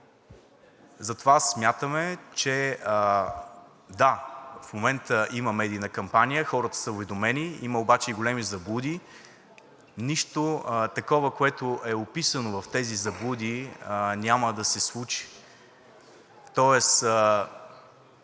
Затова смятаме, че да, в момента има медийна кампания, хората са уведомени. Има обаче и големи заблуди – нищо такова, което е описано в тези заблуди, няма да се случи. Тоест